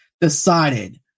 decided